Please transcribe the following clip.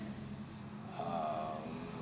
um